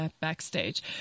backstage